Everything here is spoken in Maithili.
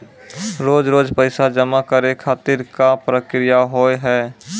रोज रोज पैसा जमा करे खातिर का प्रक्रिया होव हेय?